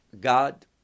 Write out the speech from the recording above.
God